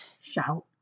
shout